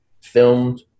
filmed